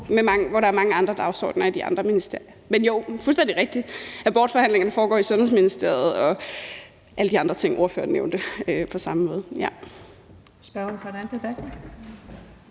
hvor der er mange andre dagsordener i de andre ministerier. Men jo, det er fuldstændig rigtigt. Abortforhandlingerne foregår i Sundhedsministeriet, og det er på samme måde